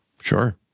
Sure